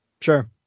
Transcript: sure